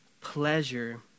pleasure